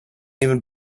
even